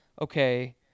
okay